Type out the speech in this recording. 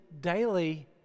daily